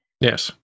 Yes